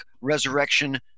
Resurrection